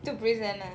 to present